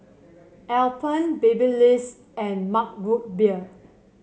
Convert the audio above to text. Alpen Babyliss and Mug Root Beer